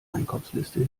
einkaufsliste